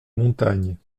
montagne